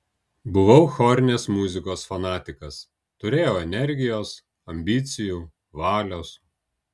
buvau chorinės muzikos fanatikas turėjau energijos ambicijų valios